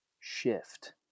shift